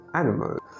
animals